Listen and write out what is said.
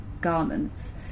garments